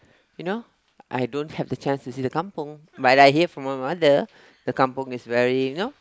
you know I don't have chance to see the kampung but I hear from my mother the kampung is very you know